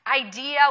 idea